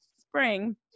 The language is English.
spring